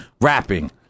rapping